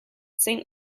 saint